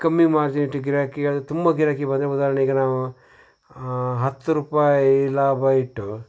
ಕಮ್ಮಿ ಮಾರ್ಜಿನ್ ಇಟ್ಟು ಗಿರಾಕಿ ಎಳಿ ತುಂಬ ಗಿರಾಕಿ ಬಂದರೆ ಉದಾಹರಣೆಗೆ ನಾವು ಹತ್ತು ರೂಪಾಯಿ ಲಾಭ ಇಟ್ಟು